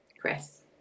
Chris